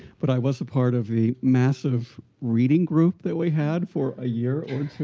but i was a part of a massive reading group that we had for a year or two.